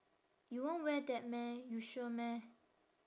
you won't wear that meh you sure meh